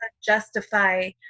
justify